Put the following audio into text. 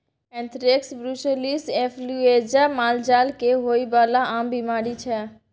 anthrax, brucellosis influenza मालजाल केँ होइ बला आम बीमारी छै